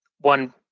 One